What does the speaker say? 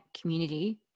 community